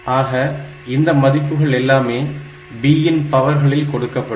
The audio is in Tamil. ஆக இந்த மதிப்புகள் எல்லாமே b இன் பவர்களில் கொடுக்கப்படும்